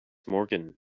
morgan